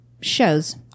shows